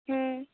হুম